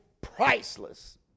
priceless